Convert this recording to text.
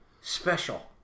special